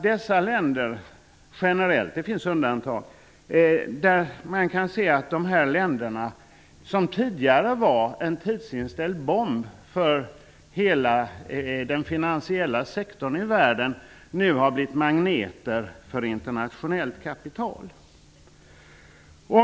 Dessa länder var tidigare en tidsinställd bomb för hela den finansiella sektorn i världen men har nu generellt -- det finns undantag -- blivit magneter för internationellt kapital.